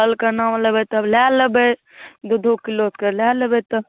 फलके नाम लेबै तब लऽ लेबै दू दू किलोके लऽ लेबै तऽ